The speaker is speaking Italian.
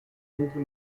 incontri